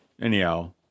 Anyhow